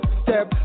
step